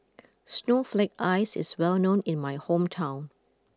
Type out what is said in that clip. Snowflake Ice is well known in my hometown